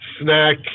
snack